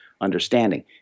understanding